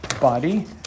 body